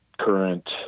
current